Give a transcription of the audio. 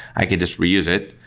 i could just reuse it.